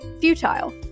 futile